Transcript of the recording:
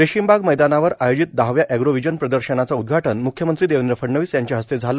रेशीमबाग मैदानावर आयोजित दहाव्या अॅग्रोव्हीजन प्रदर्शनाचे उद्घाटन मुख्यमंत्री देवेंद्र फडणवीस यांच्या हस्ते झालं